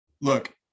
look